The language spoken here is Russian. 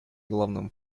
главным